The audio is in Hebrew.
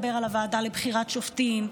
הוועדה לבחירת שופטים,